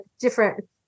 different